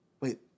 Wait